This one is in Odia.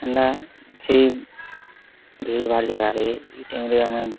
ହେନ୍ତା ସେ ଭିଡ଼୍ ଭାଡ଼୍ ଜାଗାରେ ଇ ଟାଇମ୍ରେ ଆମେ